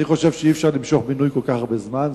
אני חושב שאי-אפשר למשוך מינוי כל כך הרבה זמן.